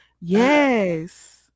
yes